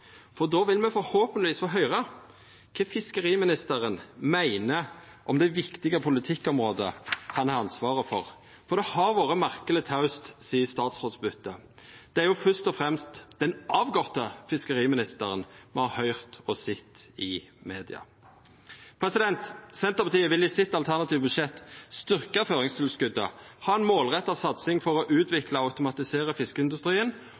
for då vil me forhåpentlegvis få høyra kva fiskeriministeren meiner om det viktige politikkområdet han har ansvaret for. Det har vore merkeleg taust sidan statsrådsbytet, det er jo først og fremst den avgåtte fiskeriministeren me har høyrt og sett i media. Senterpartiet vil i sitt alternative budsjett styrkja føringstilskotet, ha ei målretta satsing for å utvikla og automatisera fiskeindustrien,